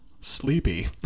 Sleepy